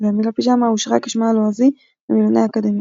והמילה פיג'מה אושרה כשמה הלועזי במילוני האקדמיה.